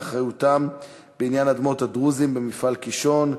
מאחריותם בעניין אדמות הדרוזים במפעל קישון,